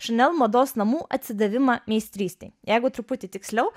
šanel mados namų atsidavimą meistrystei jeigu truputį tiksliau